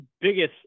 biggest